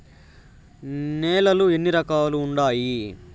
నేలలు ఎన్ని రకాలు వుండాయి?